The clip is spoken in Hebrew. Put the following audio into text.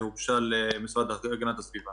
הוגשה למשרד להגנת הסביבה